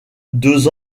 deux